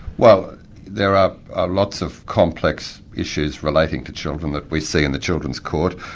well there are lots of complex issues relating to children that we see in the children's court,